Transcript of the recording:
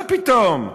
מה פתאום.